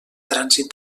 trànsit